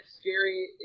scary